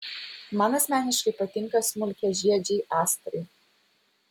man asmeniškai patinka smulkiažiedžiai astrai